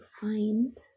find